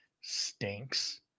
stinks